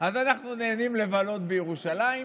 אז אנחנו נהנים לבלות בירושלים,